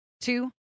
two